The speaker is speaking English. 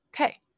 Okay